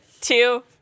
two